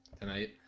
tonight